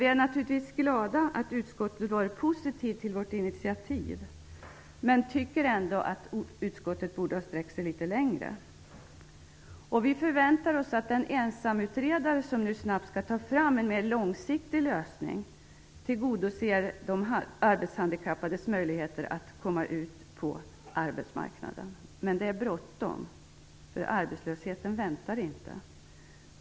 Vi är naturligtvis glada över att utskottet har ställt sig positivt till vårt initiativ, men vi tycker ändå att utskottet borde ha sträckt sig längre. Vi förväntar oss nu att den ensamutredare som snabbt skall ta fram en mer långsiktig lösning tillgodoser de arbetshandikappades möjligheter att komma ut på arbetsmarknaden. Men det är bråttom. Arbetslösheten väntar inte.